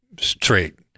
straight